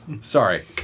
sorry